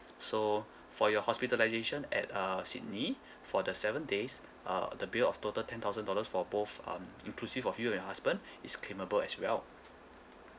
so for your hospitalisation at uh sydney for the seven days uh the bill of total ten thousand dollars for both um inclusive of you and your husband is claimable as well